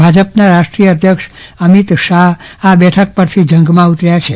ભાજપના રાષ્ટ્રીય અધ્યક્ષ અમિતશાહ આ બેઠક પરથી ચુંટણી જંગમાં ઉતર્યા છે